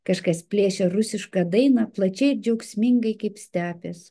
kažkas plėšia rusišką dainą plačiai ir džiaugsmingai kaip stepės